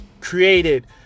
created